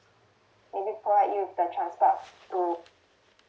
they will provide you with the transport too